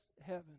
heaven